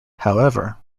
however